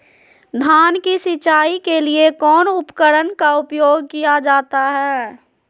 धान की सिंचाई के लिए कौन उपकरण का उपयोग किया जाता है?